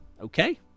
Okay